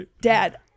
Dad